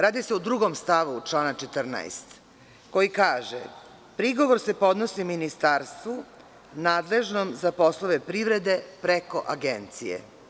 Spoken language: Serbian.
Radi se o stavu 2. člana 14. koji kaže – prigovor se podnosi ministarstvu nadležnom za poslove privrede, preko Agencije.